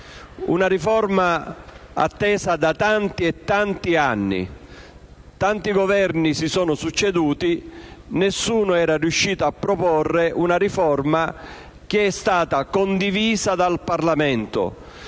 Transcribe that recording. una riforma attesa da tanti e tanti anni. Molti Governi si sono succeduti, ma nessuno è riuscito a proporre una riforma condivisa dal Parlamento.